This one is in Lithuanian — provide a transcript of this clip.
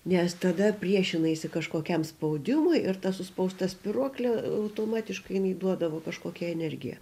nes tada priešinaisi kažkokiam spaudimui ir ta suspausta spyruoklė automatiškai jinai duodavo kažkokią energiją